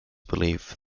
belief